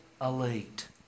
elite